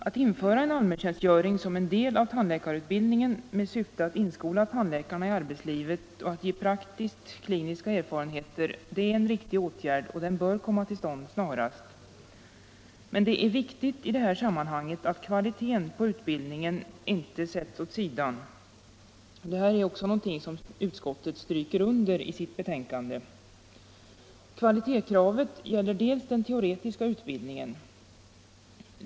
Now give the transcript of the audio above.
Att införa en allmäntjänstgöring som en del av tandläkarutbildningen, med syfte att inskola tandläkarna i arbetslivet och att ge praktiskt kliniska erfarenheter, är en riktig åtgärd, och allmäntjänstgöringen bör komma till stånd snarast. Men det är viktigt i det här sammanhanget att kvaliteten på utbildningen inte sätts åt sidan. Det är också någonting som utskottet stryker under i sitt betänkande. För det första gäller kvalitetskravet den teoretiska utbildningen.